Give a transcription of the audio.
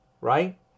right